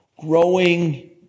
Growing